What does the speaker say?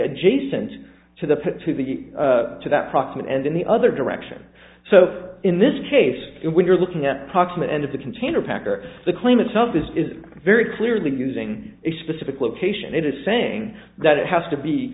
adjacent to the put to the to that proximate and in the other direction so in this case when you're looking at proximate end of the container pack or the claim itself this is very clearly using a specific location it is saying that it has to be